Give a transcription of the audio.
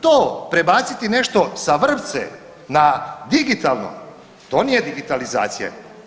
To prebaciti nešto sa vrpce na digitalno, to nije digitalizacija.